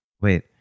Wait